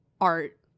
art